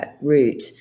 route